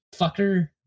fucker